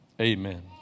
amen